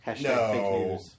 No